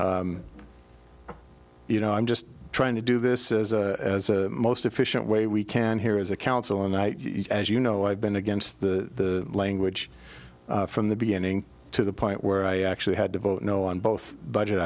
you know i'm just trying to do this is a most efficient way we can here as a council and as you know i've been against the language from the beginning to the point where i actually had to vote no on both budget